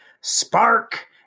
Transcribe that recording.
Spark